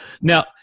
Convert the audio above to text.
now